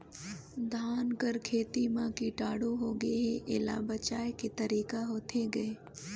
धान कर खेती म कीटाणु होगे हे एला बचाय के तरीका होथे गए?